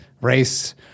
race